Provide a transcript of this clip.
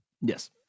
yes